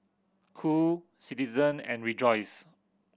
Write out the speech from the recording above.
Qoo Citizen and Rejoice